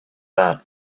that